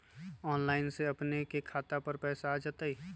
Online से अपने के खाता पर पैसा आ तई?